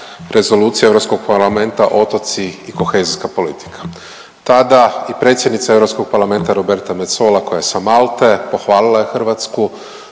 Rezolucija Europskog parlamenta otoci i kohezijska politika. Tada i predsjednica Europskog parlamenta Roberta Metsola koja je sa Malte pohvalila je Hrvatsku.